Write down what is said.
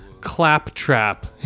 claptrap